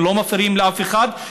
הם לא מפריעים לאף אחד,